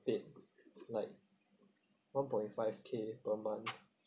paid like one point five K per month